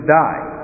die